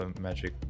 magic